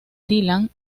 dylan